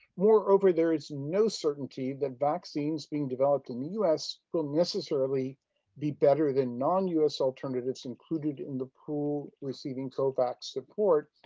moreover, there is no certainty that vaccines being developed in the us will necessarily be better than non-us alternatives included in the pool receiving covax support.